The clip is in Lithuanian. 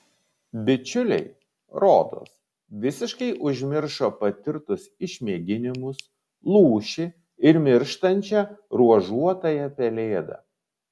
bičiuliai rodos visiškai užmiršo patirtus išmėginimus lūšį ir mirštančią ruožuotąją pelėdą